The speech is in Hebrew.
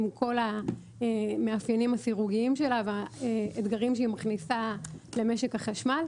עם כל המאפיינים הסירוגיים שלה ועם האתגרים שהיא מכניסה למשק החשמל,